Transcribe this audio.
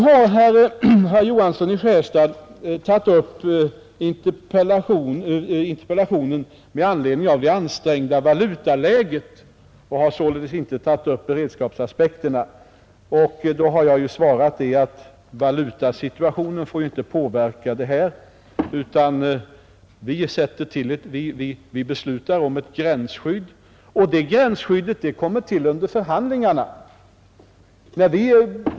Herr Johansson i Skärstad har väckt interpellationen med anledning av det ansträngda valutaläget — och har således inte tagit upp beredskapsaspekterna. Jag har svarat att valutasituationen inte får påverka jordbruksproduktionens omfattning, utan den regleras genom ett gränsskydd, som kommer till efter förhandlingar.